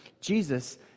Jesus